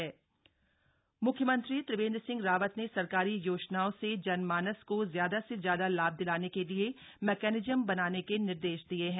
CM Pauri म्ख्यमंत्री त्रिवेंद्र सिंह रावत ने सरकारी योजनाओं से जनमानस को ज्यादा से ज्यादा लाभ दिलाने के लिए मैकेनिजम बनाने के निर्देश दिये हैं